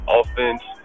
offense